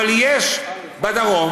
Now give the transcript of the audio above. אבל יש בדרום,